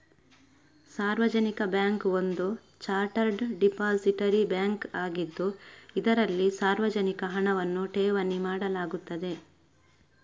ಸಾರ್ವಜನಿಕ ಬ್ಯಾಂಕ್ ಒಂದು chartered depository bank ಆಗಿದ್ದು, ಇದರಲ್ಲಿ ಸಾರ್ವಜನಿಕ ಹಣವನ್ನು ಠೇವಣಿ ಮಾಡಲಾಗುತ್ತದೆ